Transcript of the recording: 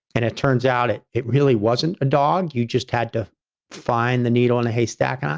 and it turns out, it it really wasn't a dog. you just had to find the needle in a haystack. ah